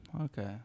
Okay